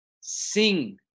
Sing